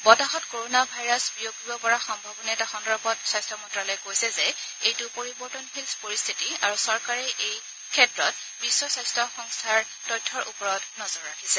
বতাহত corona virus বিয়পিব পৰা সম্ভাৱনীয়তা সন্দৰ্ভত স্বাস্থ্য মন্ত্যালয়ে কৈছে যে এইটো পৰিৱৰ্তনশীল পৰিস্থিতি আৰু চৰকাৰে এই বিশ্ব স্বাস্থ্য সন্থাৰ তথ্যৰ ওপৰত নজৰ ৰাখিছে